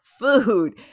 food